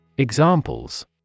Examples